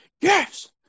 yes